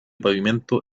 pavimento